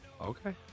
okay